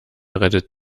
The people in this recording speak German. rettet